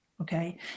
Okay